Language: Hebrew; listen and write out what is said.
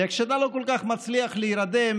וכשאתה לא כל כך מצליח להירדם,